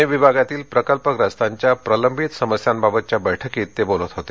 पुणे विभागातील प्रकल्पग्रस्तांच्या प्रलंबित समस्यांबाबतच्या बैठकीत ते बोलत होते